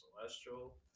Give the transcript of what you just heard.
celestial